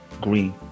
green